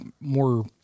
more